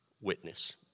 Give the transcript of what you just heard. witness